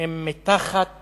היא מתחת